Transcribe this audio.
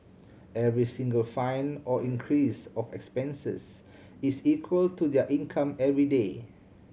every single fine or increase of expenses is equal to their income everyday